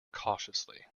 cautiously